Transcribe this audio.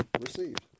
received